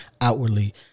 outwardly